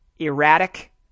Erratic